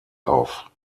auf